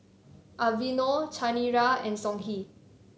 Aveeno Chanira and Songhe